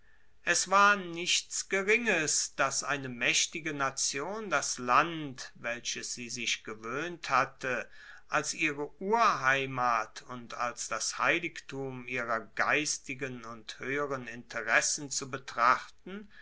es war nichts geringes dass eine maechtige nation das land welches sie sich gewoehnt hatte als ihre urheimat und als das heiligtum ihrer geistigen und hoeheren interessen zu betrachten